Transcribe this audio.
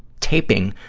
taping